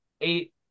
eight